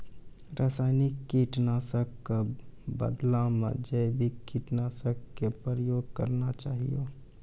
रासायनिक कीट नाशक कॅ बदला मॅ जैविक कीटनाशक कॅ प्रयोग करना चाहियो